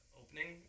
opening